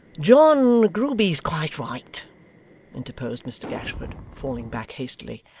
john grueby is quite right interposed mr gashford, falling back hastily.